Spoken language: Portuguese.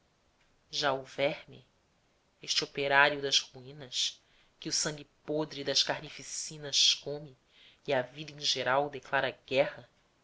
já o verme este operário das ruínas que o sangue podre das carnificinas come e à vida em geral declara guerra